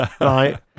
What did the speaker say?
Right